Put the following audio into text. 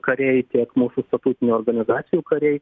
kariai tiek mūsų statutinių organizacijų kariai